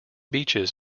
beaches